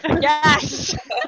Yes